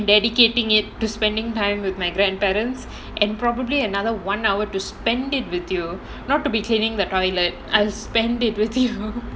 and dedicating it to spending time with my grandparents and probably another one hour to spend it with you not to be cleaning the toilet I spend it with you